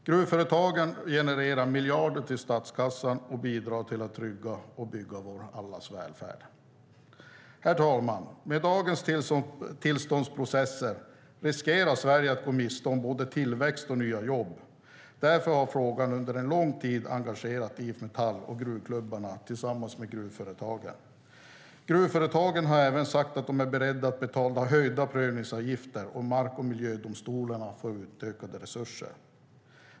Gruvföretagen genererar miljarder till statskassan och bidrar till att trygga och bygga allas vår välfärd. Herr talman! Med dagens tillståndsprocesser riskerar Sverige att gå miste om både tillväxt och nya jobb. Därför har frågan under en lång tid engagerat IF Metall och gruvklubbarna tillsammans med gruvföretagen. Gruvföretagen har även sagt att de är beredda att betala höjda prövningsavgifter om mark och miljödomstolarna får utökade resurser.